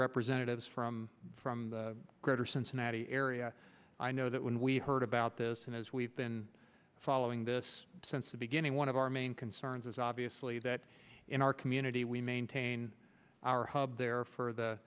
representatives from from the greater cincinnati area i know that when we heard about this and as we've been following this since the beginning one of our main concerns is obviously that in our community we maintain our hub there for the